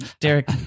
Derek